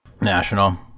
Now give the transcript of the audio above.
National